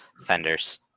fenders